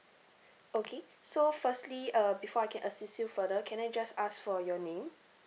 okay so firstly uh before I can assist you further can I just ask for your name